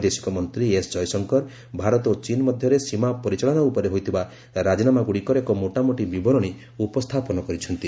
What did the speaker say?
ବୈଦେଶିକ ମନ୍ତ୍ରୀ ଏସ୍ ଜୟଶଙ୍କର ଭାରତ ଓ ଚୀନ୍ ମଧ୍ୟରେ ସୀମା ପରିଚାଳନା ଉପରେ ହୋଇଥିବା ରାଜିନାମା ଗୁଡ଼ିକର ଏକ ମୋଟାମୋଟି ବିବରଣୀ ଉପସ୍ଥାପନ କରିଛନ୍ତି